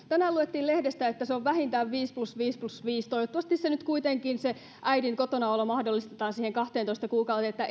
tänään luettiin lehdestä että se on vähintään viisi plus viisi plus viisi toivottavasti nyt kuitenkin äidin kotonaolo mahdollistetaan siihen kahteentoista kuukauteen että